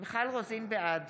בעד